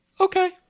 Okay